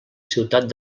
ciutat